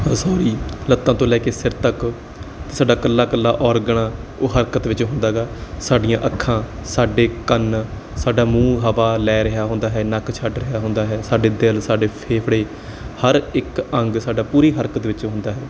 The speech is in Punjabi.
ਸੋਰੀ ਲੱਤਾਂ ਤੋਂ ਲੈ ਕੇ ਸਿਰ ਤੱਕ ਸਾਡਾ ਇਕੱਲਾ ਇਕੱਲਾ ਓਰਗਨ ਉਹ ਹਰਕਤ ਵਿੱਚ ਹੁੰਦਾ ਹੈ ਗਾ ਸਾਡੀਆਂ ਅੱਖਾਂ ਸਾਡੇ ਕੰਨ ਸਾਡਾ ਮੂੰਹ ਹਵਾ ਲੈ ਰਿਹਾ ਹੁੰਦਾ ਹੈ ਨੱਕ ਛੱਡ ਰਿਹਾ ਹੁੰਦਾ ਹੈ ਸਾਡੇ ਦਿਲ ਸਾਡੇ ਫੇਫੜੇ ਹਰ ਇੱਕ ਅੰਗ ਸਾਡਾ ਪੂਰੀ ਹਰਕਤ ਵਿੱਚ ਹੁੰਦੇ ਹੈ